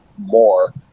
more